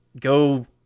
go